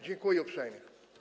Dziękuję uprzejmie.